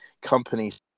companies